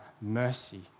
mercy